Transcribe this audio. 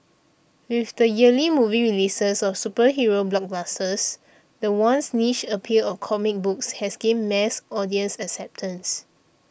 with the yearly movie releases of superhero blockbusters the once niche appeal of comic books has gained mass audience acceptance